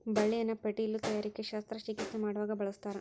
ಬಳ್ಳಿಯನ್ನ ಪೇಟಿಲು ತಯಾರಿಕೆ ಶಸ್ತ್ರ ಚಿಕಿತ್ಸೆ ಮಾಡುವಾಗ ಬಳಸ್ತಾರ